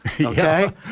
Okay